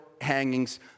hangings